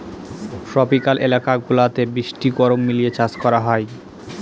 tropical এলাকা গুলাতে বৃষ্টি গরম মিলিয়ে চাষ করা হয়